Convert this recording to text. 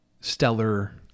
stellar